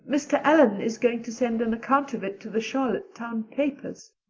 mr. allan is going to send an account of it to the charlottetown papers.